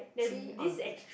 three on the left